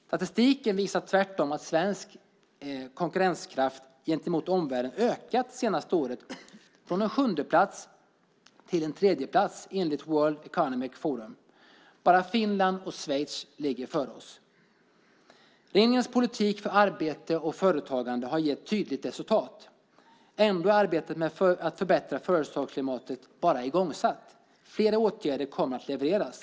Statistiken visar tvärtom att svensk konkurrenskraft gentemot omvärlden ökat det senaste året från en sjundeplats till en tredjeplats enligt World Economic Forum. Bara Finland och Schweiz ligger före oss. Regeringens politik för arbete och företagande har gett tydligt resultat. Ändå är arbetet med att förbättra företagsklimatet bara igångsatt. Flera åtgärder kommer att levereras.